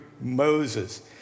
Moses